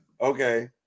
Okay